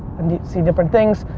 see different things.